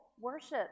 worship